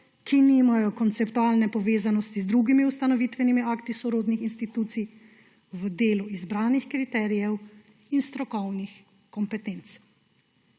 ki nimajo konceptualne povezanosti z drugimi ustanovitvenimi akti sorodnih institucij v delu izbranih kriterijev in strokovnih kompetenc.